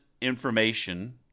information